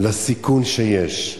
לסיכון שיש,